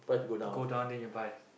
go down then you buy